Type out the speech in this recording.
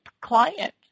client